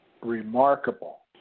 Remarkable